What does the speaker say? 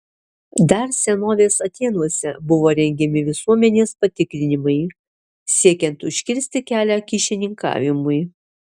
dar senovės atėnuose buvo rengiami visuomenės patikrinimai siekiant užkirsti kelią kyšininkavimui